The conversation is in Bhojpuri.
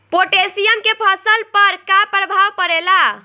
पोटेशियम के फसल पर का प्रभाव पड़ेला?